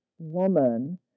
woman